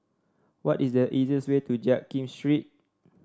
what is the easiest way to Jiak Kim Street